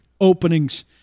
openings